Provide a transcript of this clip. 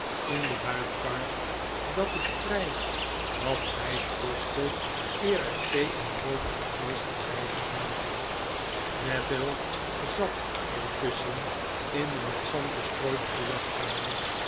in de huifkar dat het vrjj wat tijd kostte eer er thee en brood en vleesch te krijgen waren neville zat intusschen in de met zand bestrooide